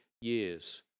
years